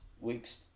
week's